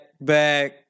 back